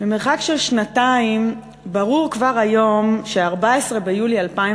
ממרחק של שנתיים ברור כבר היום ש-14 ביולי 2011